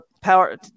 power